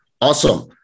awesome